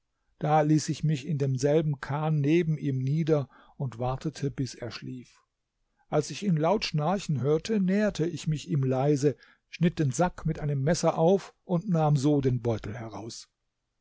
da ließ ich mich in demselben chan neben ihm nieder und wartete bis er schlief als ich ihn laut schnarchen hörte näherte ich mich ihm leise schnitt den sack mit einem messer auf und nahm so den beutel heraus